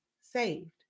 saved